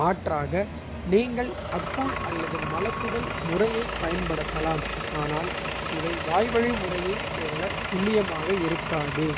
மாற்றாக நீங்கள். அக்குள் அல்லது மலக்குடல் முறையைப் பயன்படுத்தலாம். ஆனால் இவை வாய்வழி முறையைப் போல துல்லியமாக இருக்காது.